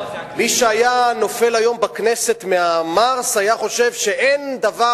מי שהיה נופל היום בכנסת ממרס היה חושב שאין דבר